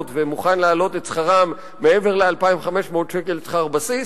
ומוכן להעלות את שכרן מעבר ל-2,500 שקל שכר בסיס.